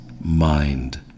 mind